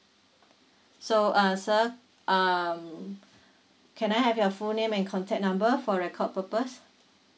so uh sir um can I have your full name and contact number for record purpose